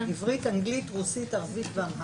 אנגלית, רוסית, ערבית ואמהרית.